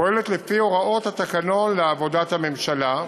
פועלת לפי הוראות התקנון לעבודת הממשלה,